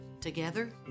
Together